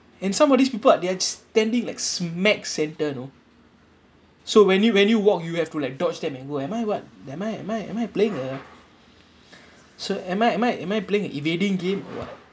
and some of these people they're standing like s~ max centre you know so when you when you walk you have to like dodge them and go am I what am I am I am I playing a so am I am I am I playing a evading game or what